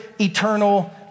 eternal